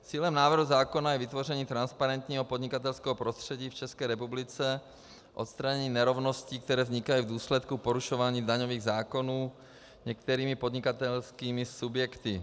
Cílem návrhu zákona je vytvoření transparentního podnikatelského prostředí v České republice, odstranění nerovností, které vznikají v důsledku porušování daňových zákonů některými podnikatelskými subjekty.